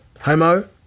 Homo